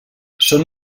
són